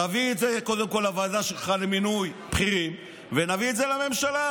תביא את זה קודם כול לוועדה שלך למינוי בכירים ונביא את זה לממשלה.